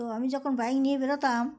তো আমি যখন বাইক নিয়ে বেরোতাম